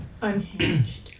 unhinged